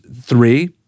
three